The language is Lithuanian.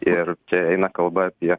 ir čia eina kalba apie